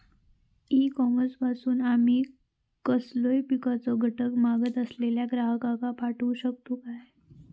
E commerce पासून आमी कसलोय पिकाचो घटक मागत असलेल्या ग्राहकाक पाठउक शकतू काय?